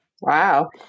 Wow